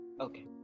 Okay